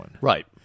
Right